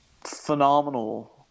phenomenal